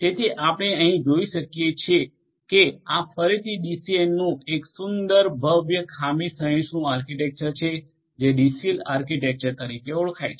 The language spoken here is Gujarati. તેથી આપણે અહીં જોઈ શકીએ છીએ કે આ ફરીથી ડીસીએનનું એક સુંદર ભવ્ય ફોલ્ટ ટોલરન્ટ આર્કિટેક્ચર છે જે ડીસેલ આર્કિટેક્ચર તરીકે ઓળખાય છે